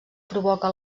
provoca